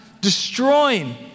destroying